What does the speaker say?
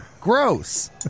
Gross